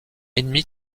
ennemi